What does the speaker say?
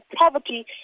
poverty